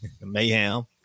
mayhem